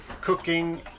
cooking